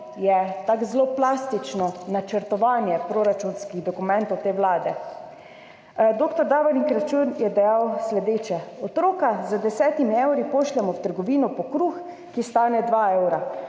je tako zelo plastično načrtovanje proračunskih dokumentov te vlade. Dr. Davorin Kračun je dejal sledeče: »Otroka z desetimi evri pošljemo v trgovino po kruh, ki stane dva evra,